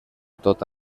tot